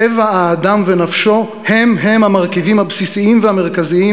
טבע האדם ונפשו הם-הם המרכיבים הבסיסיים והמרכזיים